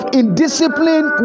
indiscipline